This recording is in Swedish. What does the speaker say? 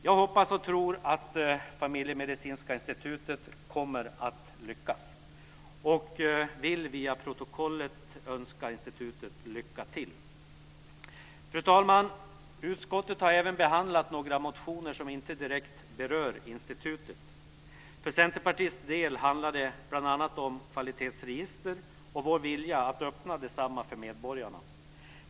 Jag hoppas och tror att det familjemedicinska institutet kommer att lyckas och vill via protokollet önska institutet lycka till. Fru talman! Utskottet har även behandlat några motioner som inte direkt berör institutet. För Centerpartiets del handlar det bl.a. om kvalitetsregister och vår vilja att öppna desamma för medborgarna.